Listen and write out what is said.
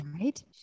Right